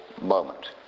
moment